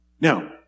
Now